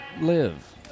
live